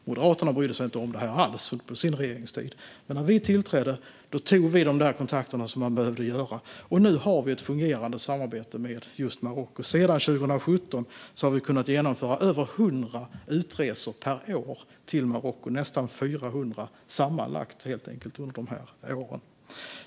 Moderaterna brydde sig inte alls om det här under sin regeringstid, men när vi tillträdde tog vi de kontakter som behövdes, och nu har vi ett fungerande samarbete med just Marocko. Sedan 2017 har vi kunnat genomföra över 100 utresor per år till Marocko, nästan 400 sammanlagt under dessa år.